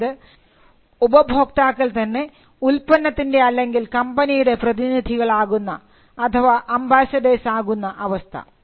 അതായത് ഉപഭോക്താക്കൾ തന്നെ ഉൽപ്പന്നത്തിൻറെ അല്ലെങ്കിൽ കമ്പനിയുടെ പ്രതിനിധികൾ ആകുന്ന അഥവാ അംബാസഡർ ആകുന്ന അവസ്ഥ